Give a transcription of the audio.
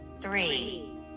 three